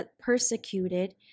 persecuted